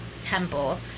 Temple